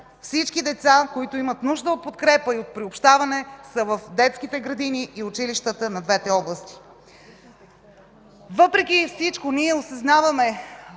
Всички деца, които имат нужда от подкрепа и от приобщаване, са в детските градини и училищата на двете области. Въпреки всичко ние осъзнаваме,